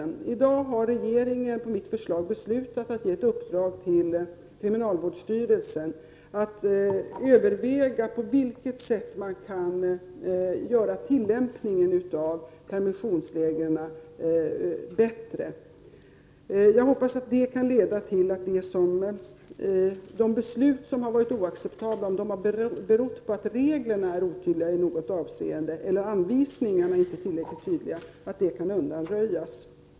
Regeringen har i dag på mitt förslag beslutat att ge ett uppdrag till kriminalvårdsstyrelsen att överväga på vilket sätt man kan göra tillämpningen av permissionsreglerna bättre. Jag hoppas att det kan leda till att de beslut som varit oacceptabla, om de har berott på att reglerna i något avseende har varit otydliga eller anvisningarna inte tillräckligt tydliga, kan undanröjas.